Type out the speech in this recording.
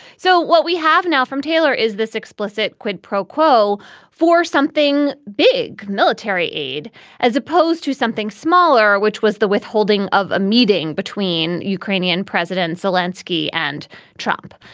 so what we have now from taylor is this explicit quid pro quo for something big military aid as opposed to something smaller which was the withholding of a meeting between ukrainian presidents lansky and trump.